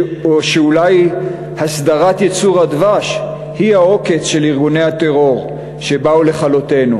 או שאולי הסדרת ייצור הדבש היא העוקץ של ארגוני הטרור שבאו לכלותנו?